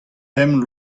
pemp